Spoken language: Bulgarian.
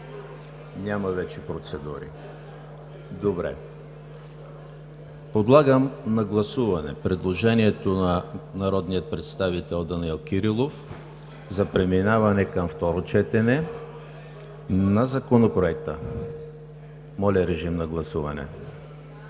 Няма вече процедури. Подлагам на гласуване предложението на народния представител Данаил Кирилов за преминаване към второ четене на Законопроекта. Гласували